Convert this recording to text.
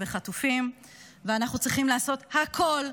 וחטופים ואנחנו צריכים לעשות הכול,